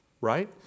Right